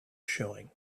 showing